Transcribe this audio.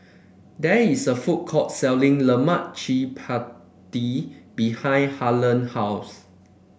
there is a food court selling Lemak Cili Padi behind Harlen house